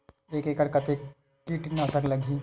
एक एकड़ कतेक किट नाशक लगही?